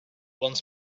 once